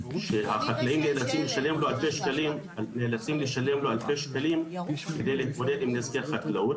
שהחקלאים נאלצים לשלם לו אלפי שקלים כדי להתמודד עם נזקי החקלאות,